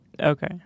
Okay